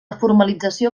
formalització